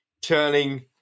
turning